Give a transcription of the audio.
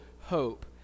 hope